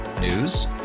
News